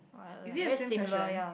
is it same fashion